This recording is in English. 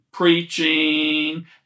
preaching